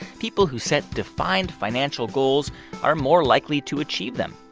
people who set defined financial goals are more likely to achieve them.